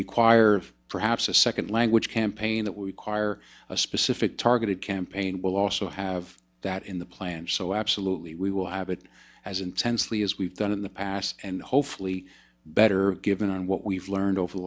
require perhaps a second language campaign that we quire a specific targeted campaign will also have that in the plan so absolutely we will have it as intensely as we've done in the past and hopefully better given what we've learned over the